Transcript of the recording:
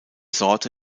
sorte